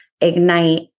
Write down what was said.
ignite